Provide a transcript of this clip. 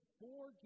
four